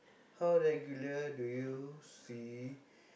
how regular do you see